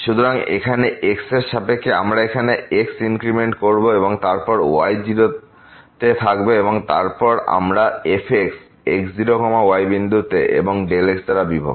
সুতরাং এখানে x এর সাপেক্ষে আমরা এখানে x ইনক্রিমেন্ট করব এবং তারপর y0 তে থাকবে এবং তারপর আমরা fx x0y0 বিন্দুতে এবং এই x দ্বারা বিভক্ত